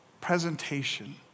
presentation